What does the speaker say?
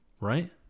right